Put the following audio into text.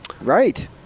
Right